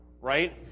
right